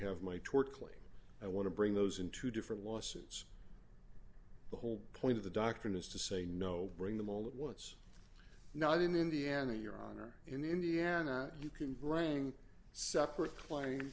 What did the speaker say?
claim i want to bring those into different lawsuits the whole point of the doctrine is to say no bring them all at once not in indiana your honor in indiana you can bring separate cla